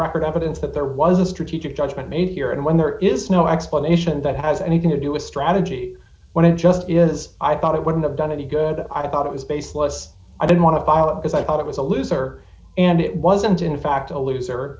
record evidence that there was a strategic judgment made here and when there is no explanation that has anything to do with strategy when it just is i thought it wouldn't have done any good i thought it was baseless i don't want to follow it because i thought it was a loser and it wasn't in fact a loser